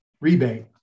rebate